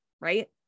right